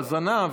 בזנב.